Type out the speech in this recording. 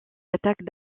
attaques